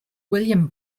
william